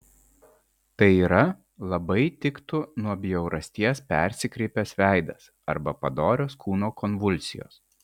tai yra labai tiktų nuo bjaurasties persikreipęs veidas arba padorios kūno konvulsijos